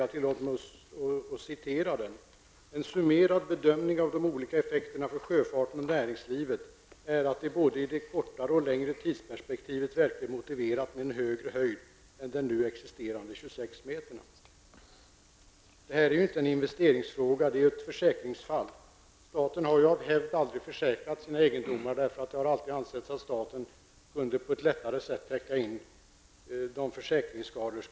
Jag tillåter mig att återge den: ''En summerad bedömning av de olika effekterna för sjöfarten och näringslivet -- är att det i både i det kortare och det längre tidsperspektivet verkar motiverat med en högre höjd än den nu existerande på 26 meter.'' Det här är inte en investeringsfråga, utan ett försäkringsfall. Staten har av hävd aldrig försäkrat sina egendomar, eftersom det alltid ansetts att staten på bättre sätt själv kan täcka de skador som kan uppstå.